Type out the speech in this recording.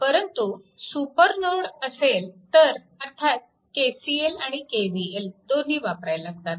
परंतु सुपरनोड असेल तर अर्थात KCL आणि KVL दोन्ही वापरावे लागतात